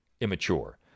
immature